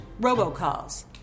robocalls